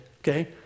okay